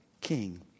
King